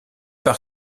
par